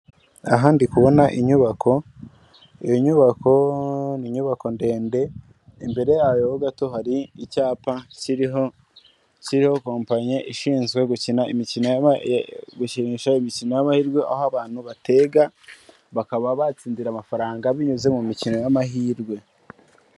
Aha ndikubona inyubako, iyo nyubako ni inyubako ndende, imbere yayo ho gato hari icyapa kiriho kompanyi ishinzwe gukina imikino, gukinisha imikino y'amahirwe, aho abantu batega bakaba batsindira amafaranga binyuze mu mikino y'amahirwe.